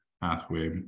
pathway